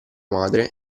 madre